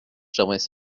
j’aimerais